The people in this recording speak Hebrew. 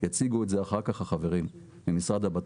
יציגו את אחר כך החברים ממשרד הבט"פ.